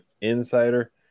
insider